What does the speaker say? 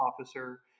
Officer